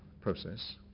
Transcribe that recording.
process